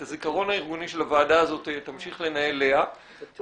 את הזיכרון הארגוני של הוועדה הזאת תמשיך לנהל לאה -- בטוח.